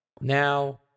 Now